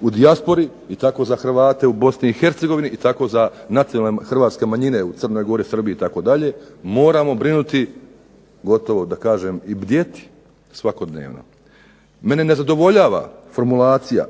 u dijaspori, i tako za Hrvate u Bosni i Hercegovini, i tako za nacionalne hrvatske manjine u Crnoj Gori, Srbiji itd., moramo brinuti gotovo da kažem i bdjeti svakodnevno. Mene ne zadovoljava formulacija